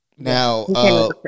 Now